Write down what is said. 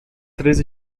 três